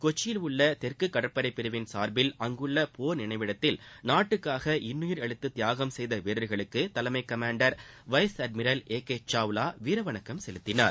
கொச்சியில் உள்ள தெற்கு கடற்படை பிரிவின் சார்பில் அங்குள்ள போர் நினைவிடத்தில் நாட்டுக்காக இன்னுயிர் அளித்து தியாகம் செய்த வீரர்களுக்கு தலைமை commander vice admiral A K Chawla வீரவணக்கம் செலுத்தினார்